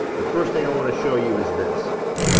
the first thing i wanna show you is this.